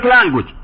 language